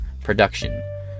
production